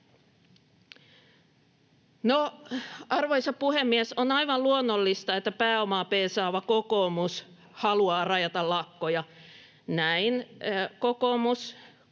arvoisa puhemies, on aivan luonnollista, että pääomaa peesaava kokoomus haluaa rajata lakkoja. Näin kokoomus,